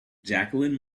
jacqueline